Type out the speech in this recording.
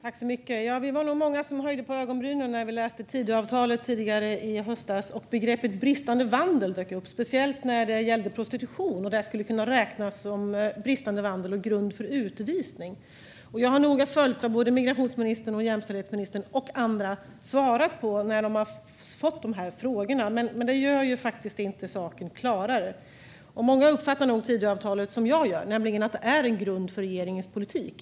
Fru talman! Vi var nog många som höjde på ögonbrynen när vi läste Tidöavtalet tidigare i höstas och begreppet bristande vandel dök upp, speciellt när det gällde prostitution. Det skulle kunna räknas som bristande vandel och grund för utvisning. Jag har noga följt vad både migrationsministern, jämställdhetsministern och andra svarat när de har fått de här frågorna. Men det gör inte saken klarare. Många uppfattar nog Tidöavtalet som jag gör, nämligen att det är en grund för regeringens politik.